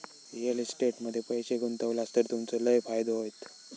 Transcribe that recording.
real estate मध्ये पैशे गुंतवलास तर तुमचो लय फायदो होयत